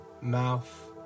mouth